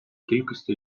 кількості